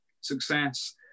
Success